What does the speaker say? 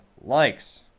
likes